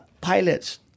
Pilots